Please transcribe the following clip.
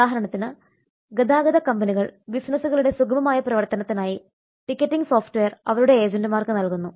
ഉദാഹരണത്തിന് ഗതാഗത കമ്പനികൾ ബിസിനസുകളുടെ സുഗമമായ പ്രവർത്തനത്തിനായി ടിക്കറ്റിംഗ് സോഫ്റ്റ്വെയർ അവരുടെ ഏജന്റുമാർക്ക് നൽകുന്നു